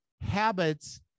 habits